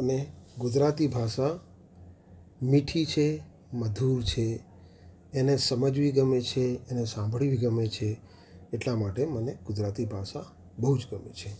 અને ગુજરાતી ભાષા મીઠી છે મધુર છે એને સમજવી ગમે છે એને સાંભળવી ગમે છે એટલા માટે મને ગુજરાતી ભાષા બહુ જ ગમે છે